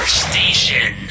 station